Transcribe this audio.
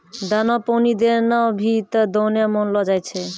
दाना पानी देना भी त दाने मानलो जाय छै